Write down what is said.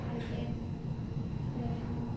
I ten Baleno